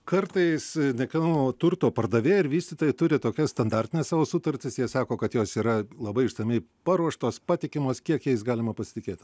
kartais nekilnojamo turto pardavėjai ar vystytojai turi tokias standartines savo sutartis jie sako kad jos yra labai išsamiai paruoštos patikimos kiek jais galima pasitikėt